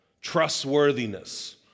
trustworthiness